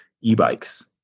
e-bikes